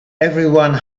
everyone